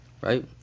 right